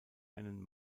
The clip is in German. einen